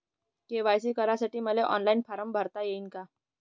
KYC करासाठी मले online form भरता येईन का?